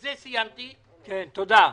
תודה,